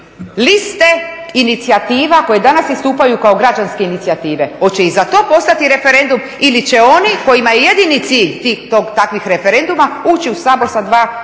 liste inicijativa koje danas istupaju kao građanske inicijative? Hoće i za to postati referendum ili će oni kojima je jedini cilj takvih referenduma ući u Sabor sa 2